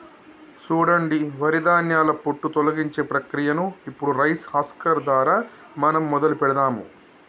సూడండి వరి ధాన్యాల పొట్టు తొలగించే ప్రక్రియను ఇప్పుడు రైస్ హస్కర్ దారా మనం మొదలు పెడదాము